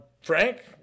Frank